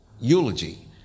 eulogy